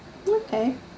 okay